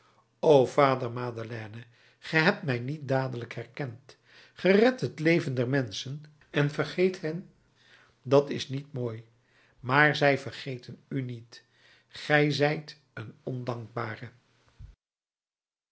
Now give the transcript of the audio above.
o vader madeleine ge hebt mij niet dadelijk herkend ge redt het leven der menschen en vergeet hen dat is niet mooi maar zij vergeten u niet ge zijt een ondankbare